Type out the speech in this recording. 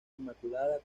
inmaculada